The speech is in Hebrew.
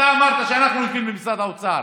אתה אמרת שאנחנו יושבים במשרד האוצר,